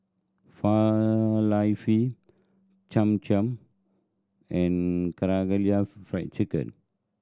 Falafel Cham Cham and Karaage Fried Chicken